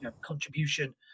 contribution